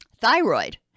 thyroid